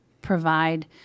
provide